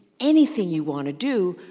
anything you wanna do,